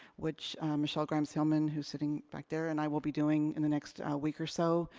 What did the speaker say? which michelle graham selman, who's sitting back there and i will be doing in the next week or so,